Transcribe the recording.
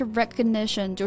recognition